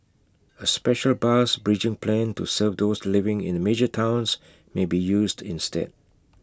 A special bus bridging plan to serve those living in major towns may be used instead